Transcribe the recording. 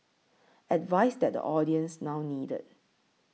advice that the audience now needed